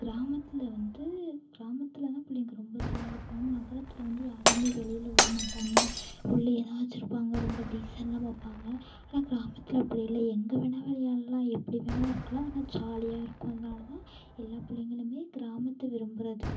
கிராமத்தில் வந்து கிராமத்தில்தான் பிள்ளைங்க ரொம்ப ஜாலியாக இருக்கும் நகரத்தில் வந்து யாரையும் வெளியில் விடமாட்டாங்க உள்ளேயேதான் வச்சு இருப்பாங்க ரொம்ப டீசென்ட்லாம் பார்ப்பாங்க ஆனால் கிராமத்தில் அப்படி இல்லை எங்கே வேணாலும் விளையாடலாம் எப்டி வேணா இருக்கலாம் ஆனால் ஜாலியாக இருக்கும் அதனாலதான் எல்லா பிள்ளைங்களுமே கிராமத்தை விரும்புறது